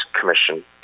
Commission